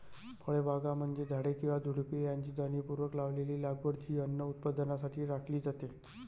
फळबागा म्हणजे झाडे किंवा झुडुपे यांची जाणीवपूर्वक लावलेली लागवड जी अन्न उत्पादनासाठी राखली जाते